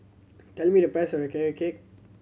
tell me the price of Carrot Cake